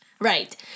right